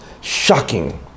shocking